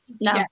No